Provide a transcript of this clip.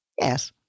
Yes